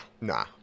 Nah